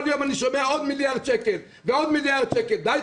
כל יום אני שומע עוד מיליארד שקל ועוד מיליארד שקל די,